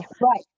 right